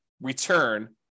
return